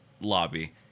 lobby